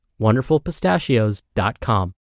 wonderfulpistachios.com